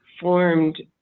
formed